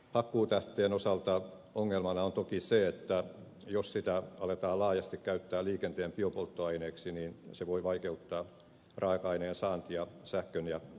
hakkuutähteen osalta ongelmana on toki se että jos sitä aletaan laajasti käyttää liikenteen biopolttoaineeksi se voi vaikeuttaa raaka aineen saantia sähkön ja lämmön tuotantoon